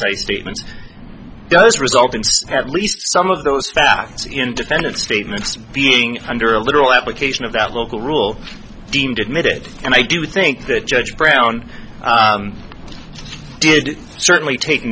concise statement does result in at least some of those facts independent statements being under a literal application of that local rule deemed admitted and i do think that judge brown did certainly take